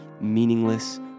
meaningless